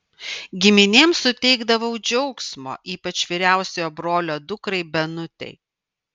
giminėm suteikdavau džiaugsmo ypač vyriausiojo brolio dukrai benutei